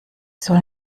soll